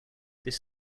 this